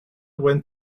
went